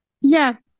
Yes